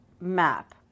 map